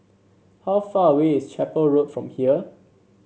how far away is Chapel Road from here